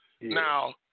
Now